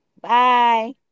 Bye